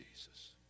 jesus